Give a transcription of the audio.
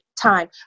time